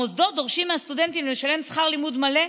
המוסדות דורשים מהסטודנטים לשלם שכר לימוד מלא,